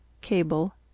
Cable